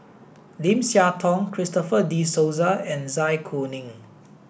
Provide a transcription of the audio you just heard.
Lim Siah Tong Christopher De Souza and Zai Kuning